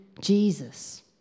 Jesus